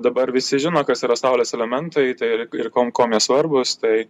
dabar visi žino kas yra saulės elementai tai ir ir kom kuom jie svarbūs tai